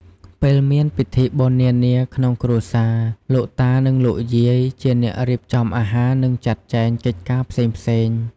ពេលមានពិធីបុណ្យនានាក្នុងគ្រួសារ លោកតា និងលោកយាយជាអ្នករៀបចំអាហារ និងចាត់ចែងកិច្ចការផ្សេងៗ។